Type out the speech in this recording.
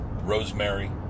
rosemary